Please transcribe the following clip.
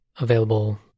Available